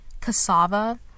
Cassava